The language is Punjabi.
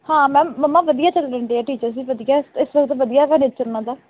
ਹਾਂ ਮੈਂ ਮੰਮਾ ਵਧੀਆ ਚਲਣ ਡਿਆ ਟੀਚਰਸ ਵੀ ਵਧੀਆ ਵਧੀਆ ਵਾ ਨੇਚਰ ਉਹਨਾਂ ਦਾ